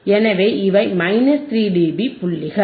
எனவே இவை 3 டிபி புள்ளிகள்